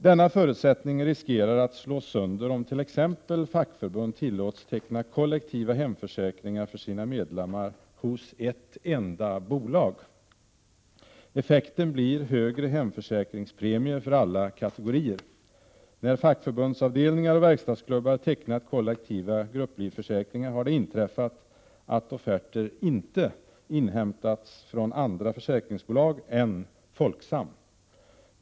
Denna förutsättning riskerar att slås sönder om t.ex. fackförbund tillåts teckna kollektiva hemförsäkringar för sina medlemmar hos ett enda bolag. Effekten blir högre hemförsäkringspremier för alla kategorier. När fackförbundsavdelningar och verkstadsklubbar tecknat kollektiva grupplivförsäkringar har det inträffat att offerter inte inhämtas från andra försäkringsbolag än Folksam.